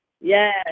Yes